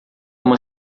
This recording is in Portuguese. uma